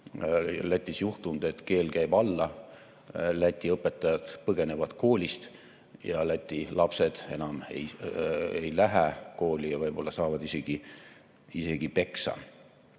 Lätis juhtunud, et keel käib alla, läti õpetajad põgenevad koolist ja läti lapsed enam ei lähe kooli ja võib-olla saavad isegi peksa.